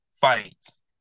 fights